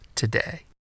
today